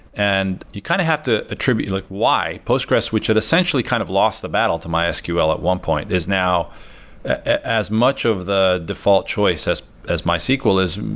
and you kind of have to attribute like why. postgres, which had essentially kind of lost the battle to mysql at one point is now as much of the default choice as as mysql is.